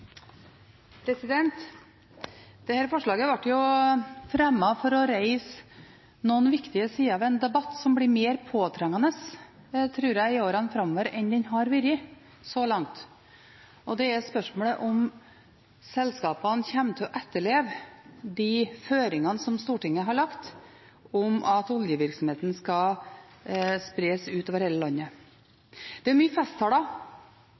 forslaget ble fremmet for å reise noen viktige sider ved en debatt som jeg tror vil bli mer påtrengende i årene framover, enn den har vært så langt. Det er spørsmålet om hvorvidt selskapene kommer til å etterleve de føringene som Stortinget har lagt om at oljevirksomheten skal spres utover hele landet. Det er